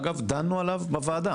אגב דנו עליו בוועדה